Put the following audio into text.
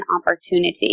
opportunity